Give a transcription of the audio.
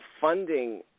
funding